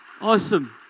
Awesome